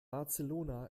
barcelona